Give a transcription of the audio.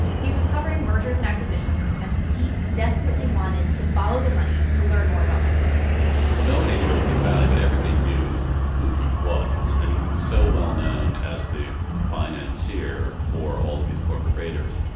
he was covering mergers and acquisitions, and he desperately wanted to follow the money to learn more about mike milken well, nobody knew everything about him, but everybody knew who he was. i mean, he was so well-known as the financier for all of these corporate raiders.